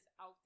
out